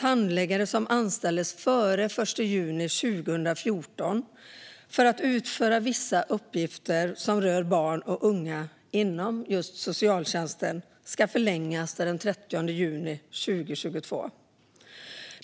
Handläggare som anställdes före den 1 juni 2014 för att utföra vissa arbetsuppgifter som rör barn och unga inom socialtjänsten ska få sin anställning förlängd till den 30 juni 2022.